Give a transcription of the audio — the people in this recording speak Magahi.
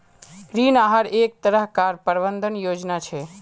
ऋण आहार एक तरह कार प्रबंधन योजना छे